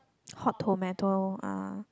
Hot-Tomato ah